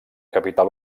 capital